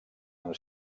amb